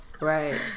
Right